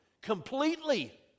completely